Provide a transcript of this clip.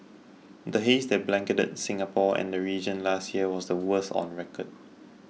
the haze that blanketed Singapore and the region last year was the worst on record